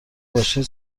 باشید